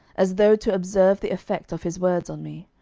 as though to observe the effect of his words on me.